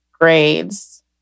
grades